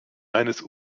eines